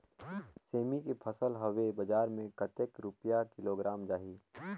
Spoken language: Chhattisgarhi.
सेमी के फसल हवे बजार मे कतेक रुपिया किलोग्राम जाही?